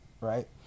right